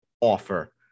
offer